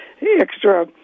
extra